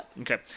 Okay